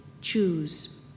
choose